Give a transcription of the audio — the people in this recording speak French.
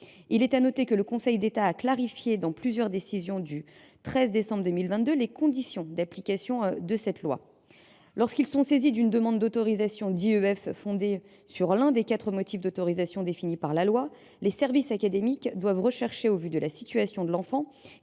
Il est à noter que le Conseil d’État a clarifié dans plusieurs décisions du 13 décembre 2022 les conditions d’application de la loi. Lorsqu’ils sont saisis d’une demande d’autorisation d’IEF fondée sur l’un des quatre motifs d’autorisation définis par la loi, les services académiques doivent rechercher, au vu de la situation de l’enfant,